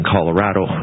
Colorado